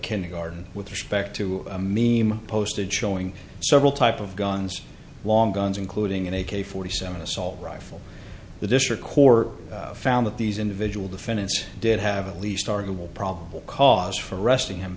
kindergarten with respect to a meme posted showing several type of guns long guns including an a k forty seven assault rifle the district court found that these individual defendants did have at least arguable probable cause for arresting